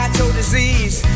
Disease